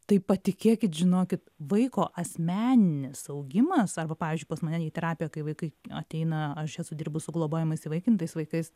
tai patikėkit žinokit vaiko asmeninis augimas arba pavyzdžiui pas mane į terapiją kai vaikai ateina aš esu dirbu su globojamais įvaikintais vaikais